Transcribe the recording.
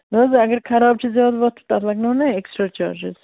نہَ حظ اگر خراب چھِ زیادٕ وَتھ تَتھ لَگنو نا ایٚکٕسٹرا چارجِز